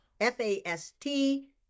F-A-S-T